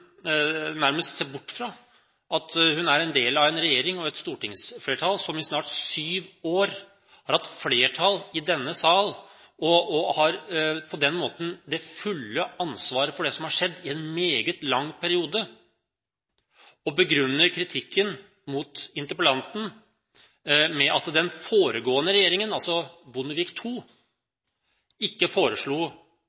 nærmest ser bort fra at hun er en del av en regjering og et stortingsflertall gjennom snart syv år i denne sal og på den måten har det fulle ansvaret for det som har skjedd over en meget lang periode, og begrunner kritikken mot interpellanten med at den forrige regjeringen, altså Bondevik II,